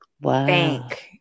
bank